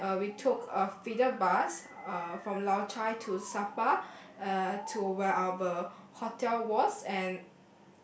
and uh we took a feeder bus uh from Lao-Cai to sapa uh to where our hotel was and